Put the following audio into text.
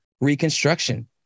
reconstruction